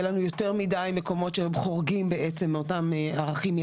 יהיה לנו יותר מידי מקומות שהם חורגים בעצם מאותם ערכים,